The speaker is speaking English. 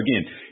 again